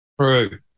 True